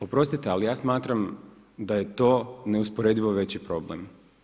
Oprostite, ali ja smatram da je to neusporedivo veći problem.